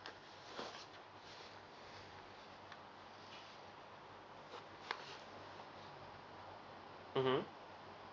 mmhmm